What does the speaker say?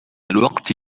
الوقت